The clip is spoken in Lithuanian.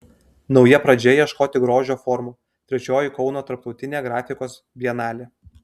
nauja pradžia ieškoti grožio formų trečioji kauno tarptautinė grafikos bienalė